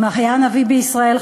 אם היה נביא בישראל,